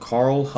Carl